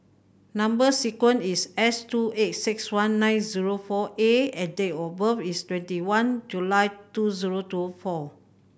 number sequence is S two eight six one nine zero four A and date of birth is twenty one July two zero two four